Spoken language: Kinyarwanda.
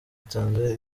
nsanze